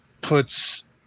puts